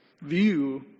view